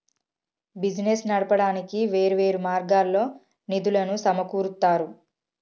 business నడపడానికి వేర్వేరు మార్గాల్లో నిధులను సమకూరుత్తారు